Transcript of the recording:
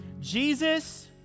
Jesus